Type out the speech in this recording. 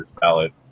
ballot